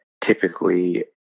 typically